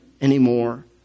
anymore